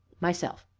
myself.